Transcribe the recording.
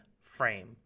frame